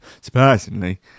Surprisingly